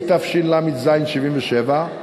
התשל"ז 1977,